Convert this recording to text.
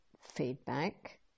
feedback